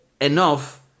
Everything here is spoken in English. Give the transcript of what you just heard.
enough